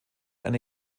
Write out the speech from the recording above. eine